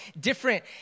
different